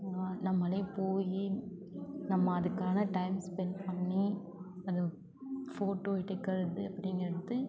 நம்மளே போய் நம்ம அதுக்கான டைம் ஸ்பெண்ட் பண்ணி அது ஃபோட்டோ எடுக்கிறது அப்படிங்கிறது